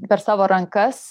per savo rankas